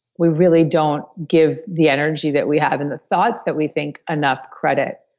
we really don't give the energy that we have and the thoughts that we think enough credit,